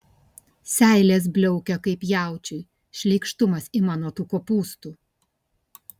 seilės bliaukia kaip jaučiui šleikštumas ima nuo tų kopūstų